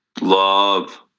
Love